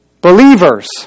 believers